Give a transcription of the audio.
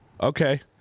Okay